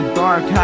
dark